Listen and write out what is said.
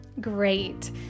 Great